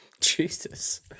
Jesus